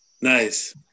Nice